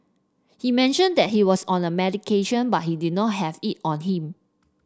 he mentioned that he was on a medication but he did not have it on him